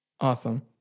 awesome